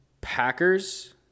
Packers